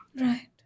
Right